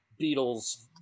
Beatles